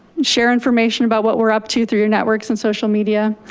share information about what we're up to through your networks and social media.